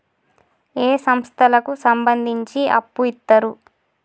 ఏ సంస్థలకు సంబంధించి అప్పు ఇత్తరు?